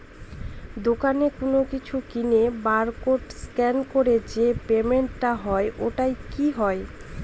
দোকানে কোনো কিছু কিনে বার কোড স্ক্যান করে যে পেমেন্ট টা হয় ওইটাও কি হয়?